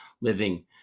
living